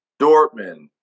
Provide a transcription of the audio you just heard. Dortmund